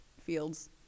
fields